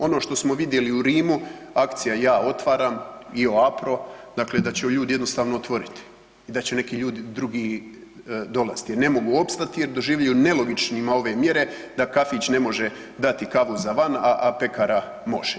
Ono što smo vidjeli u Rimu akcija „Ja otvaram“, „IoApro“, dakle da će ljudi jednostavno otvoriti i da će neki ljudi drugi dolaziti, ne mogu opstati jer doživljuju nelogičnima ove mjere da kafić ne može dati kavu za van, a, a pekara može.